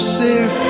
safe